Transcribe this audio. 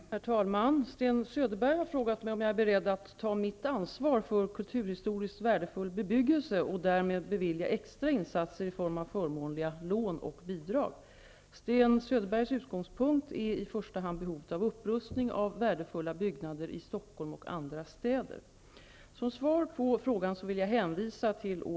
Herr talman! Sten Söderberg har frågat mig om jag är beredd att ta mitt ansvar för kulturhistoriskt värdefull bebyggelse och därmed bevilja extra insatser i form av förmånliga lån och bidrag. Sten Söderbergs utgångspunkt är i första hand behovet av upprustning av värdefulla byggnader i I:9).